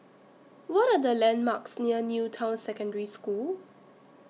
What Are The landmarks near New Town Secondary School